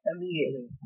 immediately